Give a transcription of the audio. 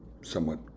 somewhat